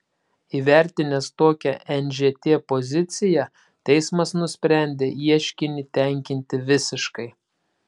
įvertinęs tokią nžt poziciją teismas nusprendė ieškinį tenkinti visiškai